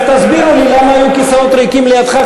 אז תסבירו לי למה היו כיסאות ריקים לידך,